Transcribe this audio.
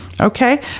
Okay